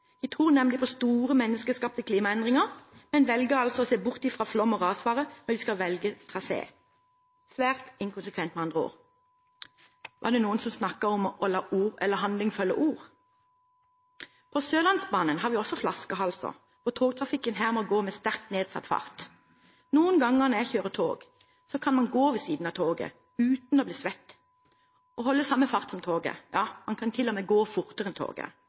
De tror nemlig på store, menneskeskapte klimaendringer, men velger å se bort fra flom- og rasfare når de skal velge trasé – svært inkonsekvent, med andre ord. Var det noen som snakket om å la handling følge ord? På Sørlandsbanen har vi også flaskehalser, hvor togtrafikken må gå med sterkt nedsatt fart. Noen ganger når jeg kjører tog, kan man gå ved siden av toget – uten å bli svett – og holde samme fart som toget. Ja, man kan til og med gå fortere enn toget.